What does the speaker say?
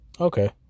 Okay